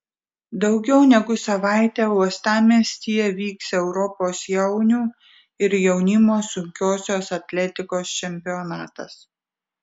daugiau negu savaitę uostamiestyje vyks europos jaunių ir jaunimo sunkiosios atletikos čempionatas